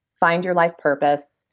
find your life purpose,